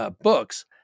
books